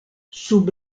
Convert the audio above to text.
sub